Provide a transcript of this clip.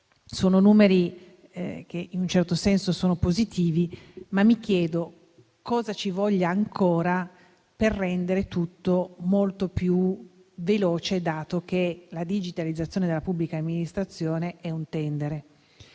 un incremento, in un certo senso sono positivi. Mi chiedo, però, cosa occorra ancora per rendere tutto molto più veloce, dato che la digitalizzazione della pubblica amministrazione è un *trend*.